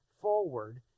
forward